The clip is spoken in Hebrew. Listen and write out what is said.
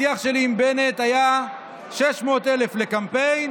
השיח שלי עם בנט היה 600,000 לקמפיין